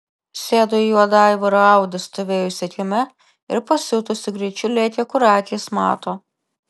sėdo į juodą aivaro audi stovėjusią kieme ir pasiutusiu greičiu lėkė kur akys mato